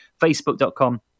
facebook.com